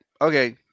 okay